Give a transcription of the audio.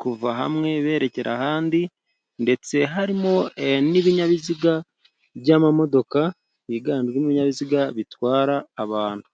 kuva hamwe berekera ahandi, ndetse harimo n'ibinyabiziga by'amamodoka byiganjemo ibinyabiziga bitwara abantu.